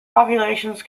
populations